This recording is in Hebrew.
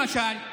למשל,